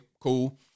cool